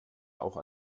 auch